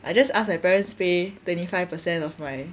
I just ask my parents pay twenty five per cent of my